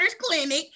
clinic